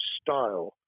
style